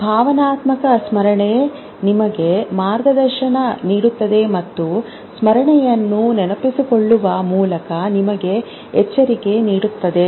ಭಾವನಾತ್ಮಕ ಸ್ಮರಣೆ ನಿಮಗೆ ಮಾರ್ಗದರ್ಶನ ನೀಡುತ್ತದೆ ಮತ್ತು ಸ್ಮರಣೆಯನ್ನು ನೆನಪಿಸಿಕೊಳ್ಳುವ ಮೂಲಕ ನಿಮಗೆ ಎಚ್ಚರಿಕೆ ನೀಡುತ್ತದೆ